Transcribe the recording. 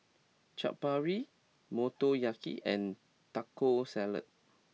Chaat Papri Motoyaki and Taco Salad